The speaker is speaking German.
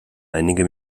einige